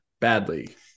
badly